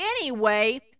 Anyway